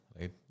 right